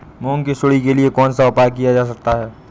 मूंग की सुंडी के लिए कौन सा उपाय किया जा सकता है?